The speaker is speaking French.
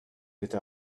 êtes